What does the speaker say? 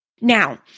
Now